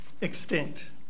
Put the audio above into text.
extinct